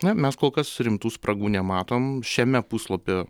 na mes kol kas rimtų spragų nematom šiame puslapio